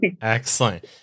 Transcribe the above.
Excellent